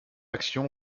action